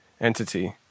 entity